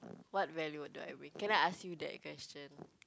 what value do I bring can I ask you that question